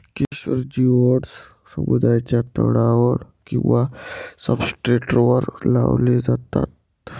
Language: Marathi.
किशोर जिओड्स समुद्राच्या तळावर किंवा सब्सट्रेटवर लावले जातात